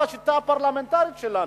בשיטה הפרלמנטרית שלנו,